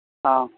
ആ